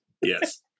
yes